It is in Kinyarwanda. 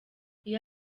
iyo